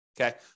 Okay